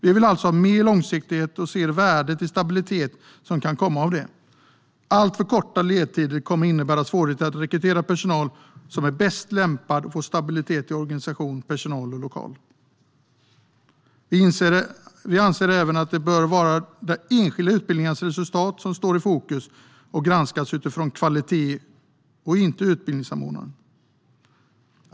Vi vill alltså ha mer långsiktighet, och vi ser värdet i den stabilitet som kan komma av denna. Alltför korta ledtider kommer att innebära svårigheter att rekrytera den personal som är bäst lämpad och att få stabilitet i organisation, personal och lokal. Vi anser även att det bör vara de enskilda utbildningarnas resultat som står i fokus och att dessa - i stället för utbildningsanordnaren - ska granskas utifrån kvalitet.